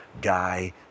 guy